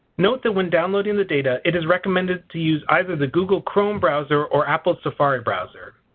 note that when downloading the data it is recommended to use either the google chrome browser or apple's safari browser.